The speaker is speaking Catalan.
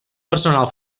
personal